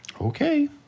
Okay